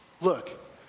look